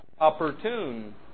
opportune